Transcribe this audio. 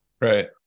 Right